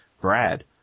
Brad